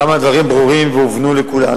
ושם הדברים ברורים והובנו לכולנו.